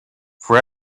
for